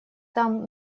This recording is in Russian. там